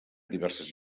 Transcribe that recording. diverses